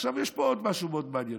יש פה עוד משהו מאוד מעניין,